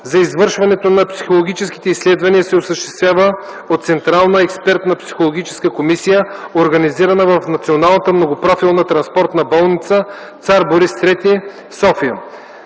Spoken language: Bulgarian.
за извършването на психологическите изследвания се осъществява от централна експертна психологическа комисия, организирана в Националната многопрофилна транспортна болница „Цар Борис ІІІ” – София.